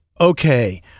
okay